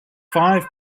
five